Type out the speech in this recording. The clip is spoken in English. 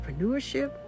entrepreneurship